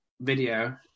video